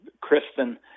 Kristen